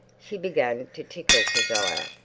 she began to tickle kezia.